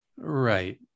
Right